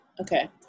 Okay